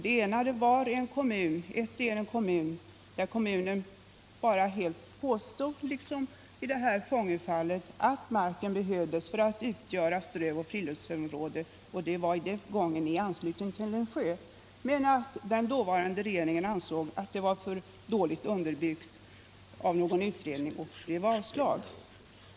Det ena gällde en kommun som liksom i Fångöfallet bara påstod att marken behövdes för att utgöra strövoch friluftsområde. Den gången låg området i anslutning till en sjö. Den dåvarande regeringen ansåg frågan för dåligt utredd, varför det blev avslag.